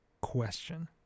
question